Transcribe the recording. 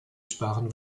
sparen